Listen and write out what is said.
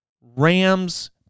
Rams